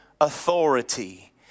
authority